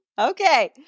Okay